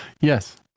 yes